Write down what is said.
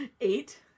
Eight